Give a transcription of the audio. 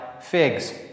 figs